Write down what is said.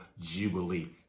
Jubilee